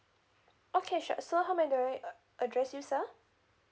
okay sure so how may do I address you sir